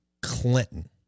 Clinton